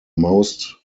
most